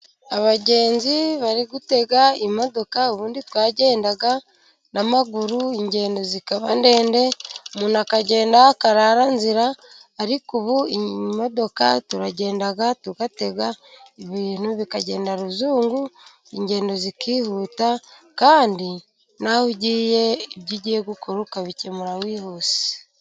Abagenzi bari gutega imodoka. Ubundi twagendaga n'amaguru ingendo zikaba ndende, umuntu akagenda akarara nzira. Ariko ubu imodoka turagenda tugatega ibintu bikagenda ruzungu. Ingendo zikihuta kandi n'aho ugiye, ibyo ugiye gukora ukabikemura wihuse.